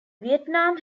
vietnam